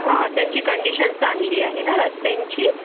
त्यांची कंडिशन चांगली आहे ना रस्त्यांची